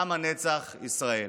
עם הנצח ישראל.